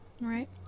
Right